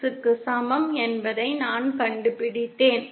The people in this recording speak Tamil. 6 க்கு சமம் என்பதை நான் கண்டுபிடித்தேன்